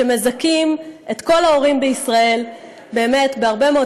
שמזכים את כל ההורים בישראל באמת בהרבה מאוד